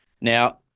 Now